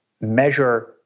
measure